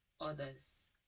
others